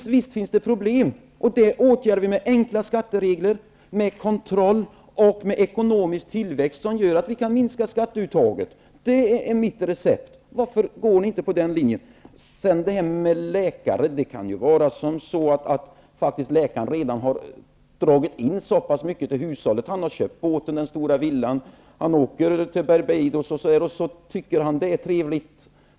Visst finns det problem. De skall åtgärdas med hjälp av enkla skatteregler, kontroll och ekonomisk tillväxt som gör att skatteuttaget kan minskas. Det här är mitt recept. Varför går inte ni på den linjen? Vidare har vi frågan om läkare. Det kan ju vara så att läkaren har redan dragit in mycket pengar till hushållet. Han har köpt båten, den stora villan och åkt till Barbados -- och det tycker han är trevligt.